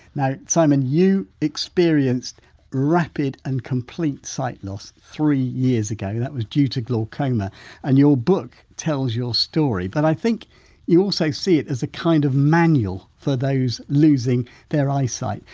now simon you experienced rapid and complete sight loss three years ago, that was due to glaucoma and your book tells your story but i think you also see it as a kind of manual for those losing their eyesight.